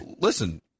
listen